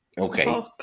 Okay